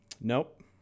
Nope